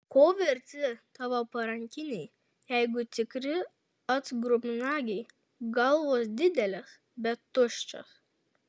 ko verti tavo parankiniai jeigu tikri atgrubnagiai galvos didelės bet tuščios